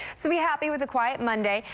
so be happy with a quiet monday.